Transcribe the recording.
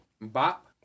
Bop